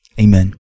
Amen